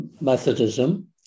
Methodism